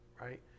right